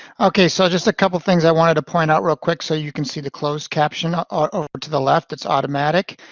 okay. so just a couple of things i wanted to point out real quick. so you can see the closed caption ah over to the left. it's automatic.